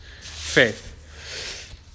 faith